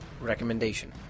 Recommendation